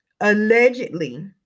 allegedly